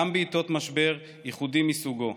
גם בעיתות משבר ייחודי מסוגו.